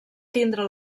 tindre